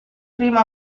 primo